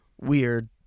weird